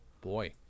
boy